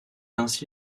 ainsi